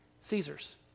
Caesar's